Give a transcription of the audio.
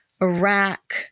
Iraq